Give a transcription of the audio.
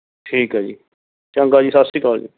ਠੀਕ ਆ ਜੀ ਚੰਗਾ ਜੀ ਸਤਿ ਸ਼੍ਰੀ ਅਕਾਲ ਜੀ